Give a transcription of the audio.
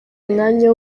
umwanya